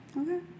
Okay